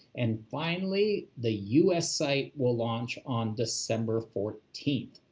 and finally, the us site will launch on december fourteenth.